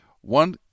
One